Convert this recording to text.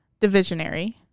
Divisionary